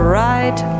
right